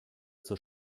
zur